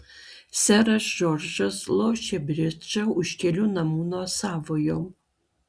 seras džordžas lošė bridžą už kelių namų nuo savojo